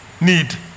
need